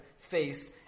face